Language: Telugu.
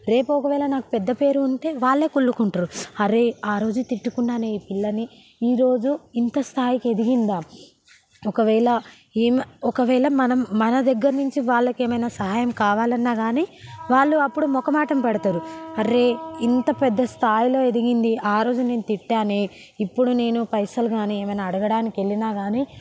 రేపు ఒకవేళ నాకు పెద్ద పేరు ఉంటే వాళ్లే తిట్టుకుంటురు ఆరే ఆరోజు తిట్టుకున్నానే ఈ పిల్లని ఈరోజు ఇంత స్థాయికి ఎదిగిందా ఒకవేళ ఒకవేళ మనం మన దగ్గర నుంచి వాళ్లకు ఏమైనా సహాయం కావాలన్నా కాని వాళ్లు అప్పుడు మొహమాటం పడుతారు అరే ఇంత పెద్ద స్థాయిలో ఎదిగింది ఆ రోజు నేను తిట్టానే ఇప్పుడు నేను పైసలు కాని ఏమైనా అడగడానికి వెళ్ళినా కానీ